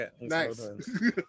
nice